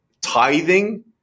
tithing